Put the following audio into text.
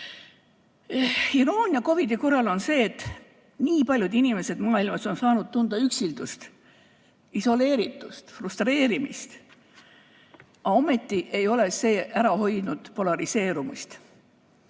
Iroonia COVID‑i korral on see, et nii paljud inimesed maailmas on saanud tunda üksindust, isoleeritust, frustreerumist. Ometi ei ole see ära hoidnud polariseerumist.